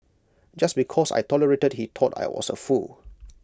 just because I tolerated he thought I was A fool